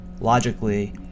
logically